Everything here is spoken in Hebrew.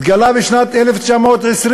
זה התגלה בשנת 1920,